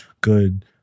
good